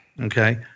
Okay